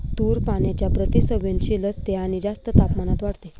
तूर पाण्याच्या प्रति संवेदनशील असते आणि जास्त तापमानात वाढते